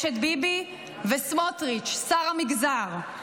יש את ביבי וסמוטריץ' "שר המגזר".